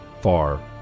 Far